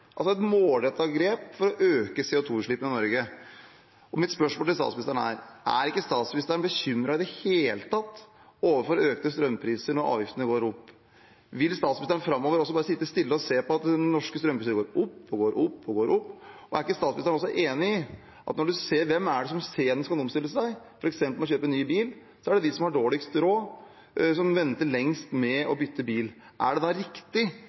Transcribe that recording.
altså et målrettet grep for å øke CO2-utslippene i Norge. Spørsmålene mine til statsministeren er: Er ikke statsministeren bekymret i det hele tatt over økte strømpriser når avgiftene går opp? Vil statsministeren framover også bare sitte stille og se på at de norske strømprisene går opp og går opp og går opp? Og er ikke statsministeren også enig i når man ser hvem det er som senest kan omstille seg f.eks. med å kjøpe ny bil, at det er de som har dårligst råd, som venter lengst med å bytte bil? Er det da riktig